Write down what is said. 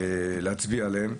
להצביע עליהן.